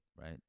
right